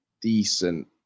decent